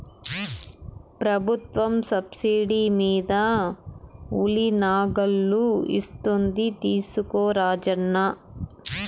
ప్రభుత్వం సబ్సిడీ మీద ఉలి నాగళ్ళు ఇస్తోంది తీసుకో రాజన్న